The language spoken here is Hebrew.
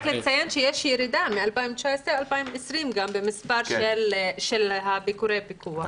רק לציין שיש ירידה מ-2019 ל-2020 במספר ביקורי הפיקוח.